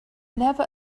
never